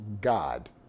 God